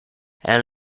and